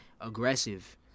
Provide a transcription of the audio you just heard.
aggressive